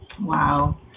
Wow